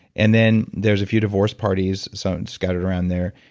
and then, there's a few divorce parties so scattered around there.